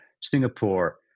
Singapore